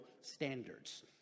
standards